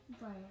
Right